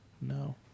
no